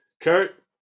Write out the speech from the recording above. Kurt